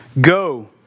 Go